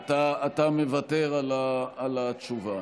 אתה מוותר על התשובה.